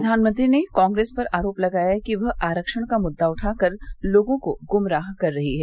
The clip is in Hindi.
प्रधानमंत्री ने कांग्रेस पर आरोप लगाया कि वह आरक्षण का मुद्दा उठाकर लोगों को गुमराह कर रही है